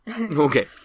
Okay